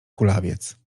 kulawiec